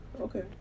Okay